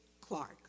Clark